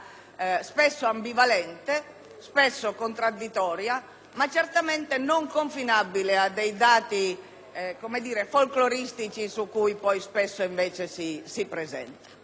spesso ambivalente, spesso contraddittoria, ma certamente non confinabile ai dati folcloristici con cui spesso invece si presenta.